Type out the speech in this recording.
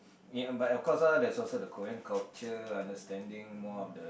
ya but of course ah there's also the Korean culture understanding more of the